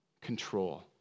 control